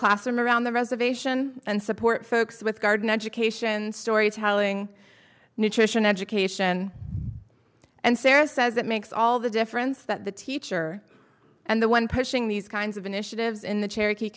classroom around the reservation and support folks with garden education storytelling nutrition education and sarah says it makes all the difference that the teacher and the one pushing these kinds of initiatives in the cherokee